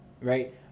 right